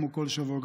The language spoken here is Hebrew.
כמו כל שבוע,